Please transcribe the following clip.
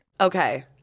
Okay